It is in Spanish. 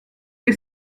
que